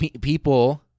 people –